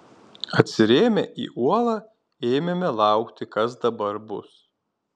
atsirėmę į uolą ėmėme laukti kas dabar bus